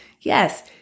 Yes